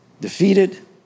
defeated